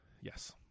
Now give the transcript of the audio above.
Yes